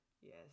Yes